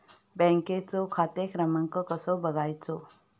बँकेचो खाते क्रमांक कसो बगायचो?